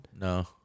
No